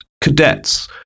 cadets